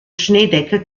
schneedecke